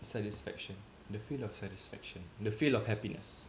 satisfaction the feel of satisfaction the feel of happiness